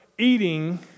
Eating